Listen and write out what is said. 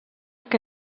que